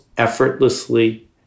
effortlessly